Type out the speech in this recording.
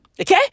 Okay